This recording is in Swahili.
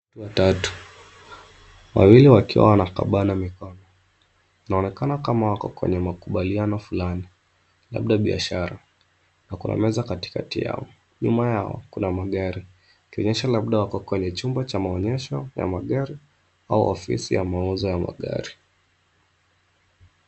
Watu watatu wawili wakiwa wanakabana mikono inaonekana kama wako kwenye makubaliano fulani labda biashara na kuna meza kati kati yao. Nyuma yao kuna magari ikionyesha labda wako kwenye chumba cha maonyesho ya magari au ofisi ya mauzo ya magari.